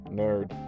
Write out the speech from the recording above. nerd